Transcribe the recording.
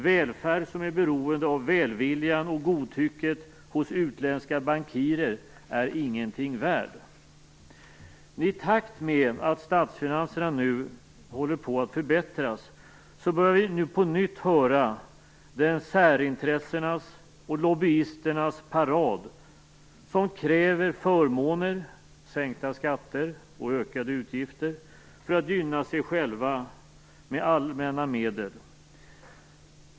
Välfärd, som är beroende av utländska bankirers välvilja och godtycke, är ingenting värd. I takt med att statsfinanserna nu håller på att förbättras börjar vi på nytt höra den särintressenas och lobbyisternas parad som kräver förmåner, sänkta skatter och ökade utgifter för att gynna sig själva med allmänna medel.